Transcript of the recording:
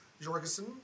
Jorgensen